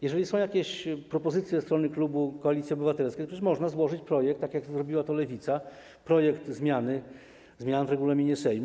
Jeżeli są jakieś propozycje ze strony klubu Koalicji Obywatelskiej, to przecież można złożyć projekt, tak jak zrobiła to Lewica, projekt zmian w regulaminie Sejmu.